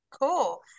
Cool